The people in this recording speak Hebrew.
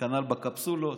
כנ"ל קפסולות,